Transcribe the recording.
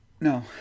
No